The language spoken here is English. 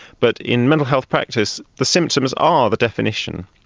but in mental health practice the symptoms are the definition,